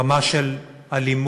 רמה של אלימות,